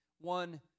one